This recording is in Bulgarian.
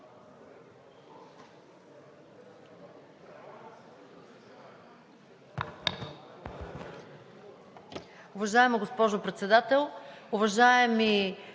Уважаема госпожо Председател, уважаеми